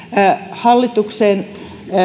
hallituksen